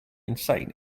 insane